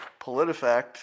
PolitiFact